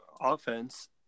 offense